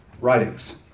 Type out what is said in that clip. writings